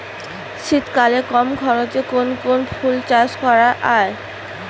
শীতকালে কম খরচে কোন কোন ফুল চাষ করা য়ায়?